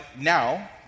now